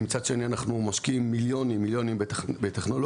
מצד שני אנחנו משקיעים מיליונים בטכנולוגיות